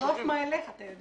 לא הופנה אלייך, אתה יודע.